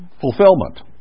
fulfillment